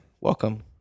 welcome